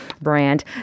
brand